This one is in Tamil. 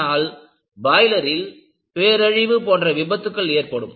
ஆனால் பாய்லரில் பேரழிவு போன்ற விபத்துக்கள் ஏற்படும்